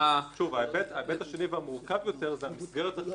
ההיבט השני והמורכב יותר הוא המסגרת החקיקתית